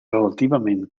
relativament